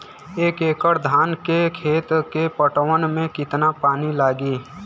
एक एकड़ धान के खेत के पटवन मे कितना पानी लागि?